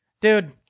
Dude